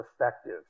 effective